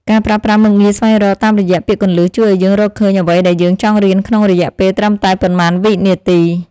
ការប្រើប្រាស់មុខងារស្វែងរកតាមរយៈពាក្យគន្លឹះជួយឱ្យយើងរកឃើញអ្វីដែលយើងចង់រៀនក្នុងរយៈពេលត្រឹមតែប៉ុន្មានវិនាទី។